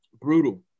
Brutal